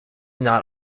not